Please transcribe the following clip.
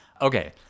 Okay